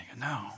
No